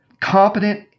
competent